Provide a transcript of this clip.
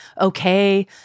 okay